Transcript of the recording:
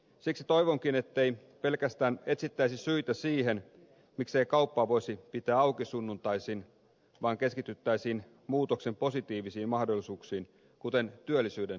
siksi toivonkin ettei pelkästään etsittäisi syitä siihen miksei kauppaa voisi pitää auki sunnuntaisin vaan keskityttäisiin muutoksen positiivisiin mahdollisuuksiin kuten työllisyyden lisäämiseen